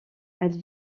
elle